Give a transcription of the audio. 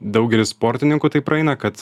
daugelis sportininkų tai praeina kad